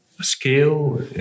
scale